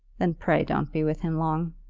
then pray don't be with him long,